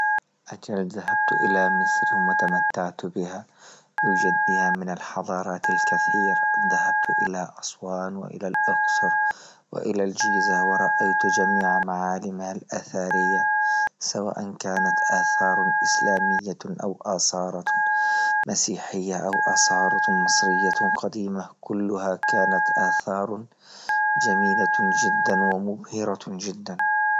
أجل ذهبت إلى مصر ثم تمتعت بها، يوجد بها من الحضارات الكثير ذهبت إلى أسوان وإلى الأقصر وإلى جيزة ورأيت جميع معالمها أثرية سواء كانت أثار إسلامية أو أسارة مسيحية أو اسارة مصرية قديمة، كلها كانت أثار جميلة جدا ومبهرة جدا.